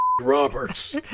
Robert's